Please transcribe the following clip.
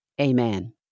Amen